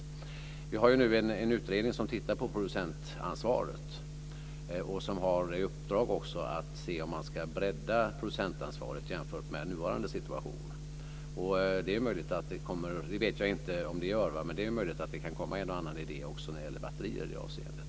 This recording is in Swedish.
En utredning ser nu över producentansvaret. Den har också i uppdrag att se om man ska bredda producentansvaret jämfört med nuvarande situation. Det är möjligt att det också kan komma en och annan idé när det gäller batterier i det avseendet.